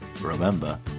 Remember